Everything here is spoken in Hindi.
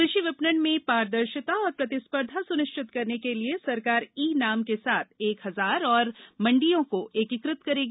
कृषि विपणन में पारदर्शिता और प्रतिस्पर्धा सुनिश्चित करने के लिए सरकार ई नाम के साथ एक हजार और मंडियों को एकीकृत करेगी